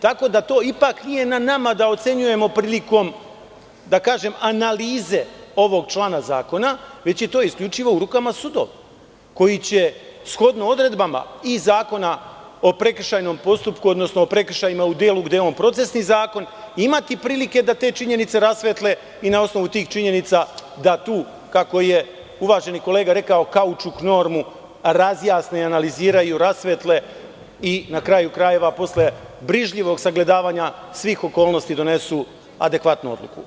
Tako da to ipak nije na nama da ocenjujemo prilikom, da kažem, analize ovog člana zakona, već je to isključivo u rukama sudova, koji će shodno odredbama i Zakona o prekršajnom postupku, odnosno o prekršajima u delu gde je on procesni zakon, imati prilike da te činjenice rasvetle i na osnovu tih činjenica da tu, kako je uvaženi kolega rekao kaučuk normu, razjasne i analiziraju, rasvetle, i na kraju krajeva, posle brižljivog sagledavanja svih okolnosti donesu adekvatnu odluku.